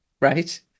right